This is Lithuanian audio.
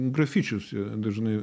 grafičius jie dažnai